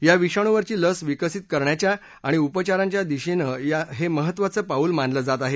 या विषाणूवरची लस विकसित करण्याच्या आणि उपचाराच्या दिशेवर हे महत्त्वाचं पाऊल मानलं जात आहे